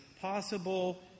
possible